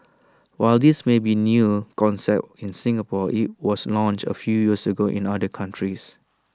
while this may be new concept in Singapore IT was launched A few years ago in other countries